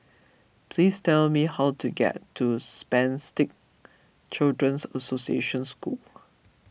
please tell me how to get to Spastic Children's Association School